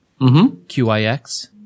QIX